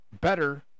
better